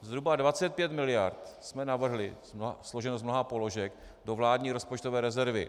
Zhruba 25 mld. jsme navrhli složeno z mnoha položek do vládní rozpočtové rezervy.